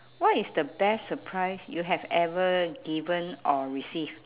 what is the best surprise you have ever given or received